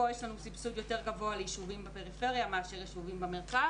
פה יש לנו סבסוד יותר גבוה ליישובים בפריפריה מאשר יישובים במרכז.